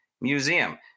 Museum